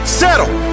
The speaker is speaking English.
settle